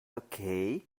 okay